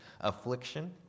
affliction